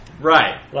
Right